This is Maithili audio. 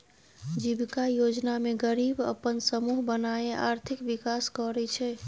जीबिका योजना मे गरीब अपन समुह बनाए आर्थिक विकास करय छै